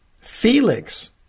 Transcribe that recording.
Felix